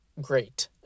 great